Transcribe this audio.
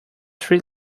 three